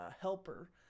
helper